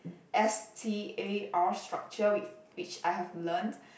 S T A R structure which which I have learnt